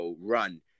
run